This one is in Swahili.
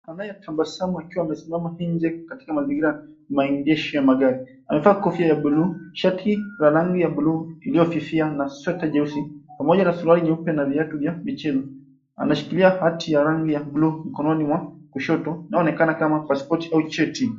Anayetambasamu akiwa amesimama nje katika mazingira maingishi ya magari. Amevaa kofia ya blue, shati la rangi ya blue iliyofifia na sweta jeusi pamoja na suruali nyeupe na viatu vya michezo. Anashikilia hati ya rangi ya blue mkononi mwa kushoto na inaonekana kama pasipoti au cheti.